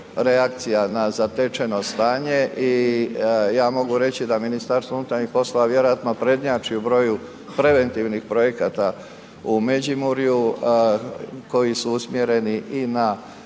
reakcija na zatečeno stanje i ja mogu reći da MUP vjerojatno prednjači u broju preventivnih projekata u Međimurju koji su usmjereni i na